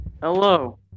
Hello